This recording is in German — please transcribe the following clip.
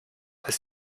ist